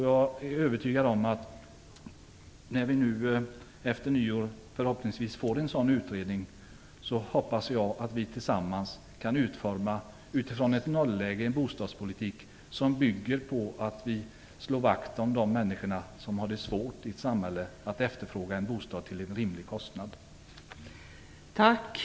Jag hoppas att vi efter nyår, när vi fått en sådan utredning, tillsammans utifrån ett nolläge kan utforma en bostadspolitik som bygger på att vi slår vakt om de människor som har svårt att efterfråga en bostad till en rimlig kostnad i vårt samhälle.